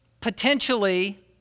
potentially